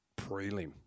prelim